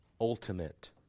ultimate